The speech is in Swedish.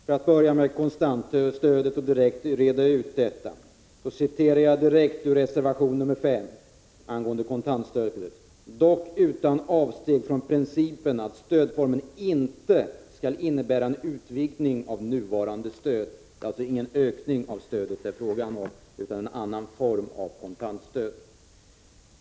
Fru talman! För att börja med kontantstödet och direkt reda ut detta, citerar jag ur reservation 5 angående kontantstödet: ”-—— dock utan avsteg från principen att stödformen inte skall innebära en utvidgning av nuvarande I stöd”. Det är alltså ingen ökning det är fråga om, utan en annan form av kontantstöd.